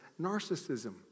narcissism